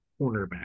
cornerback